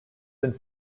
been